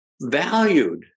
valued